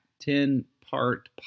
ten-part